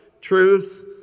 truth